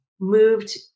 moved